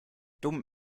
dumm